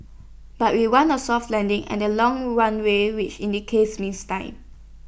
but we want A soft landing and A long runway which in the case means time